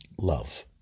Love